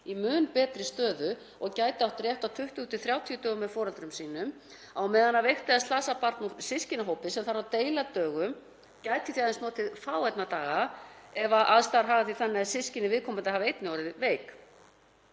í mun betri stöðu og gæti átt rétt á 20–30 dögum með foreldrum sínum á meðan veikt eða slasað barn úr systkinahópi sem deila þarf dögum gæti aðeins notið fáeinna daga ef aðstæður haga því þannig að systkini viðkomandi hafi einnig orðið veik